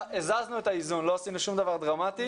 הזזו את האיזון, לא עשינו שום דבר דרמטי.